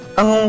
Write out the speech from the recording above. ang